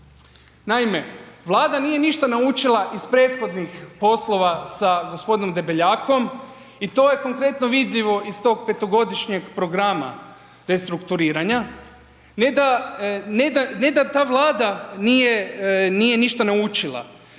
Naime, Vlada nije ništa naučila iz prethodnih poslova sa g. Debeljakom i to je konkretno vidljivo iz tog 5-godišnjeg programa restrukturiranja. Ne da, ne da ta Vlada nije ništa naučila,